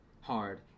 hard